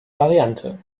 variante